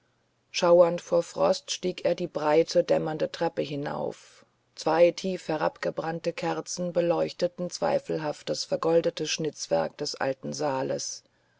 schauernd vor frost stieg er die breite dämmernde treppe hinauf zwei tief herabgebrannte kerzen beleuchteten zweifelhaft das vergoldete schnitzwerk des alten saales